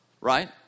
right